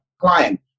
client